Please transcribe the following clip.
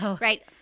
right